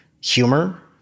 humor